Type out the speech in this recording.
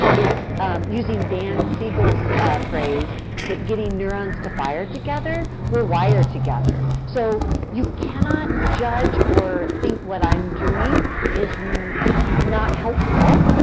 it's using dan siegel's phrase that getting neurons to fire together will wire together. so, you cannot judge or think, what i'm doing is not helpful.